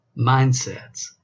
mindsets